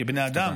כבני אדם,